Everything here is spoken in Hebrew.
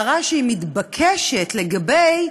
הערה מתבקשת לגבי,